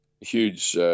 huge